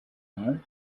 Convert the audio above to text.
know